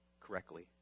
correctly